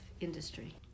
industry